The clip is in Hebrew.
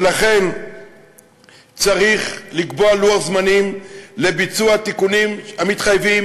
ולכן צריך לקבוע לוח זמנים לביצוע התיקונים המתחייבים